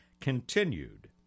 continued